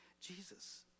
Jesus